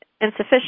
insufficient